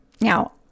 Now